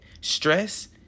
stress